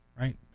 right